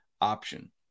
option